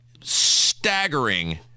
staggering